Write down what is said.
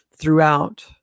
throughout